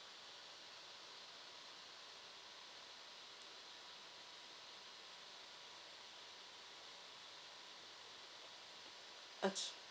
okay